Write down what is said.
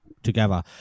Together